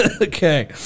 okay